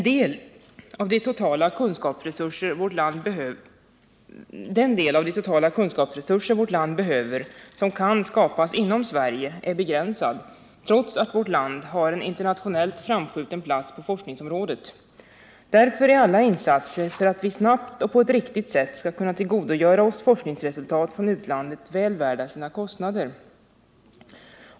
Den del av de totala kunskapsresurser vårt land behöver som kan skapas inom Sverige är begränsad, trots att vårt land har en internationellt framskjuten plats på forskningsområdet. Därför är alla insatser för att vi snabbt och på ett riktigt sätt skall kunna tillgodogöra oss forskningsresultat från utlandet väl värda sina kostnader.